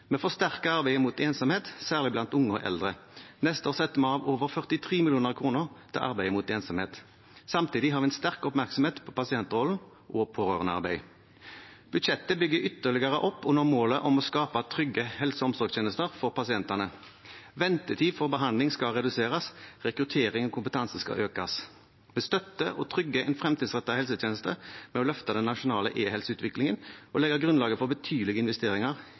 med å bygge pasientens helsetjeneste. Vi forsterker arbeidet mot ensomhet, særlig blant unge og eldre. Neste år setter vi av over 43 mill. kr til arbeidet mot ensomhet. Samtidig har vi en stor oppmerksomhet på pasientrollen og pårørendearbeid. Budsjettet bygger ytterligere opp under målet om å skape trygge helse- og omsorgstjenester for pasientene. Ventetid for behandling skal reduseres. Rekruttering og kompetanse skal økes. Vi støtter og trygger en fremtidsrettet helsetjeneste ved å løfte den nasjonale e-helseutviklingen og legge grunnlaget for betydelige investeringer